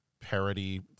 parody